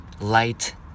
light